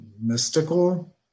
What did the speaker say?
mystical